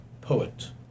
poet